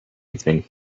evening